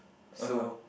so